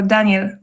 Daniel